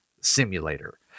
simulator